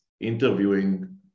interviewing